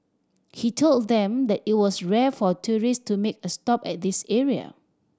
he told them that it was rare for tourist to make a stop at this area